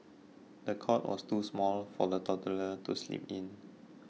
the cot was too small for the toddler to sleep in